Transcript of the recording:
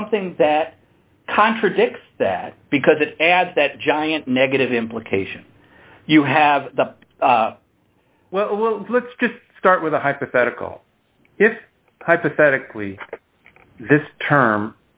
something that contradicts that because it adds that giant negative implication you have the well let's just start with a hypothetical if hypothetically this term